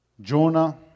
Jonah